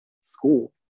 school